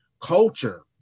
culture